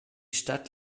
stadt